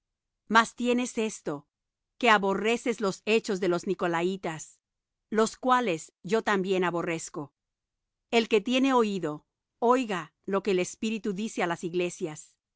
mas tienes esto que aborreces los hechos de los nicolaítas los cuales yo también aborrezco el que tiene oído oiga lo que el espíritu dice á las iglesias